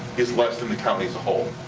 is less than the county as a whole.